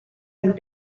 have